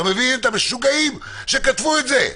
אתה מבין את המשוגעים שכתבו את זה?